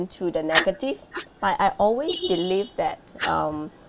into the negative but I always believe that um